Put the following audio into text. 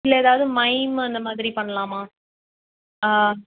இல்லை எதாவது மயிம் அந்த மாதிரி பண்ணலாமா ஆ